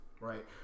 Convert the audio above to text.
Right